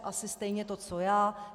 Asi stejně to co já.